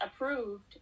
approved